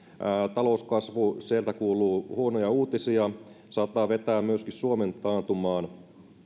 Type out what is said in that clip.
talouskasvu sieltä kuuluu huonoja uutisia saattaa vetää myöskin suomen taantumaan